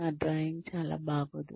నా డ్రాయింగ్ చాలా బాగోదు